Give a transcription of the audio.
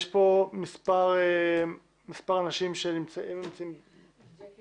יש פה מספר אנשים --- אם יורשה